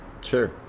sure